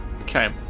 okay